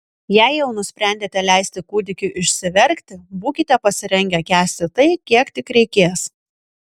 jei jau nusprendėte leisti kūdikiui išsiverkti būkite pasirengę kęsti tai kiek tik reikės